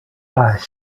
baix